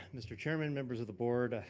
mr. chairman, members of the board.